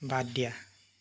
বাদ দিয়া